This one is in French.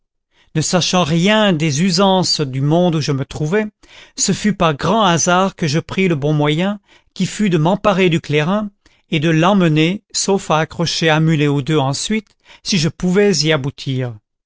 ne sachant rien des usances du monde où je me trouvais ce fut par grand hasard que je pris le bon moyen qui fut de m'emparer du clairin et de l'emmener sauf à accrocher un mulet ou deux ensuite si je pouvais y aboutir